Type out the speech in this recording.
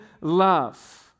love